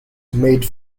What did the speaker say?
made